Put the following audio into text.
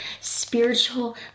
spiritual